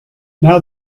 now